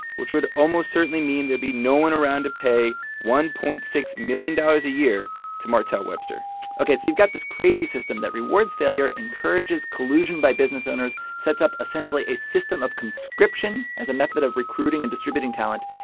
which would almost certainly mean there'd be no one around to pay one point six million dollars a year to martell webster ok. so you've got this crazy system that rewards failure, encourages collusion by business owners, sets up, essentially, a system of conscription as a method of recruiting and distributing talent.